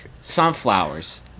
sunflowers